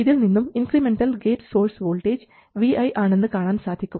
ഇതിൽ നിന്നും incremental gate source voltage vi ആണെന്നു കാണാൻ സാധിക്കും